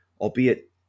albeit